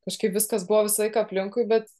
kažkaip viskas buvo visą laiką aplinkui bet